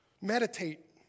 Meditate